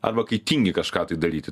arba kai tingi kažką tai daryti